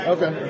Okay